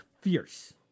fierce